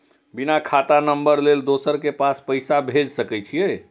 बिना खाता नंबर लेल दोसर के पास पैसा भेज सके छीए?